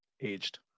aged